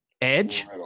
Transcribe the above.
Edge